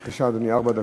בבקשה, אדוני, ארבע דקות.